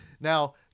now